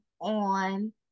on